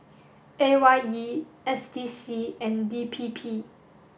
A Y E S D C and D P P